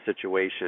situation